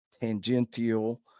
tangential